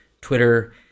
Twitter